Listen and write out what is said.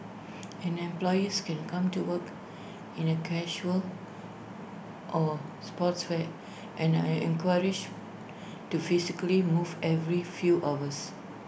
in employees can come to work in A casual or sportswear and are encouraged to physically move every few hours